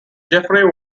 jeffrey